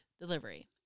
delivery